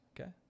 Okay